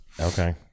Okay